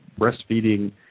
Breastfeeding